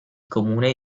comune